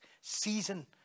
season